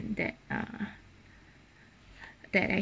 that ah that